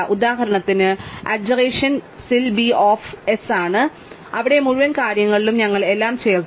ഉദാഹരണത്തിന് അഡ്ജറേഷൻ seal b of s ആണ് അവിടെ മുഴുവൻ കാര്യങ്ങളിലും ഞങ്ങൾ എല്ലാം ചേർത്തു